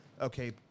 okay